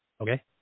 okay